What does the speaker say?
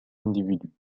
individu